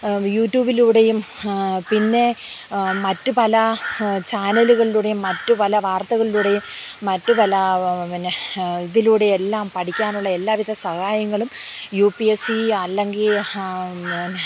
യൂട്യൂബിലൂടെയും പിന്നെ മറ്റു പല ചാനലുകളിലൂടെയും മറ്റു പല വാർത്തകളിലൂടെയും മറ്റു പല പിന്നെ ഇതിലൂടെ എല്ലാം പഠിക്കാനുള്ള എല്ലാ വിധ സഹായങ്ങളും യു പി എസ് ഇ അല്ലെങ്കിൽ